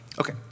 Okay